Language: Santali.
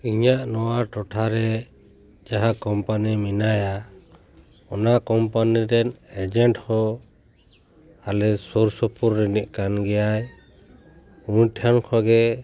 ᱤᱧᱟᱹᱜ ᱱᱚᱣᱟ ᱴᱚᱴᱷᱟ ᱨᱮ ᱡᱟᱦᱟᱸ ᱠᱳᱢᱯᱟᱱᱤ ᱢᱮᱱᱟᱭᱟ ᱚᱱᱟ ᱠᱳᱢᱯᱟᱱᱤ ᱨᱮᱱ ᱮᱡᱮᱱᱴ ᱦᱚᱸ ᱟᱞᱮ ᱥᱩᱨ ᱥᱩᱯᱩᱨ ᱨᱤᱱᱤᱡ ᱠᱟᱱ ᱜᱮᱭᱟᱭ ᱩᱱᱤ ᱴᱷᱮᱱ ᱠᱷᱚᱱ ᱜᱮ